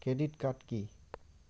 Credit card key?